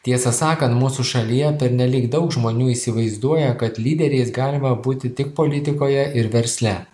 tiesą sakant mūsų šalyje pernelyg daug žmonių įsivaizduoja kad lyderiais galima būti tik politikoje ir versle